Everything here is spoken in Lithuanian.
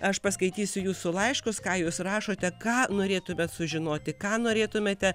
aš paskaitysiu jūsų laiškus ką jūs rašote ką norėtumėt sužinoti ką norėtumėte